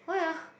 why ah